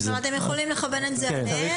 זאת אומרת, אתם יכולים לכוון את זה עליהם?